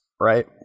right